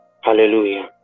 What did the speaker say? Hallelujah